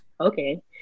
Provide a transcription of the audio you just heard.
okay